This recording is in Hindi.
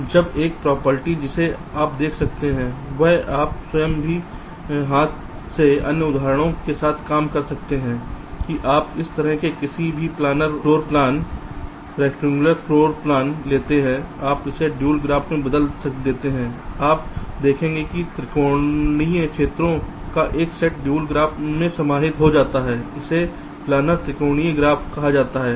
अब एक प्रॉपर्टी जिसे आप देख सकते हैं यह आप स्वयं भी हाथ से अन्य उदाहरणों के साथ काम कर सकते हैं कि आप इस तरह के किसी भी planar floor plan rectangular floor plan लेते हैं आप इसे ड्यूल ग्राफ में बदल देते हैं आप देखेंगे कि त्रिकोणीय क्षेत्रों का एक सेट ड्यूल ग्राफ में समाहित हो जाएगा इसे प्लानर त्रिकोणीय ग्राफ कहा जाता है